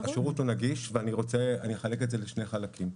השירות הוא נגיש ואני אחלק את זה לשני חלקים.